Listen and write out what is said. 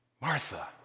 Martha